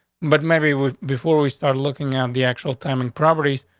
but maybe we before we started looking at the actual time and properties,